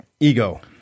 Ego